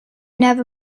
never